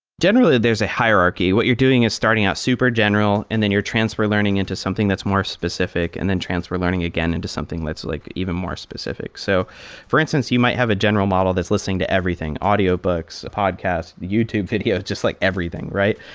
generally, there's a hierarchy. what you're doing is starting out super general and then you're transfer learning into something that's more specific and then transfer learning again into something that's like it even more specific. so for instance, you might have a general model that's listening to everything audiobooks, podcasts, youtube videos, just like everything, right?